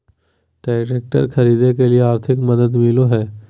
Tractor खरीदे के लिए आर्थिक मदद मिलो है?